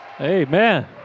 Amen